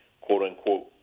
quote-unquote